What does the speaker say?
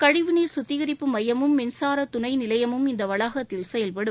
கழிவுநீர் சுத்தினிப்பு மையமும் மின்சார துணை நிலையமும் இந்த வளாகத்தில் செயல்படும்